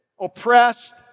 oppressed